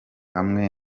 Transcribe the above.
hamwe